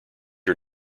are